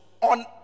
On